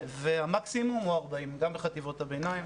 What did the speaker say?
20 והמקסימום הוא 40. גם בחטיבות הביניים.